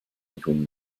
between